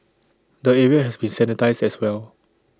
the area has been sanitised as well